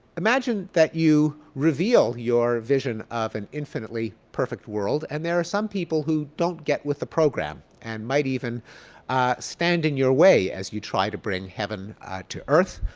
imagine that you reveal your vision of an infinitely perfect world and there are some people who don't get with the program and might even stand in your way as you try to bring heaven to earth.